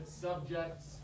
subjects